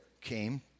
came